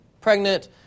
pregnant